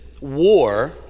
war